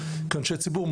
כאנשי ציבור,